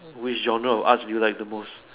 which genre of arts do you like the most